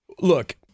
look